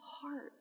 heart